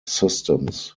systems